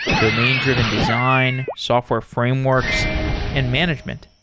domain-driven design, software frameworks and management.